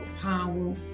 power